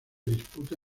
disputa